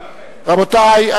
רבותי,